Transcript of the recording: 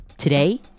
Today